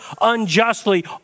unjustly